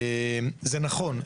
זה נכון,